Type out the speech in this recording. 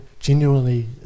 Genuinely